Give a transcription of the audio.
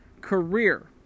career